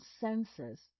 senses